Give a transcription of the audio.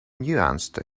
nuanced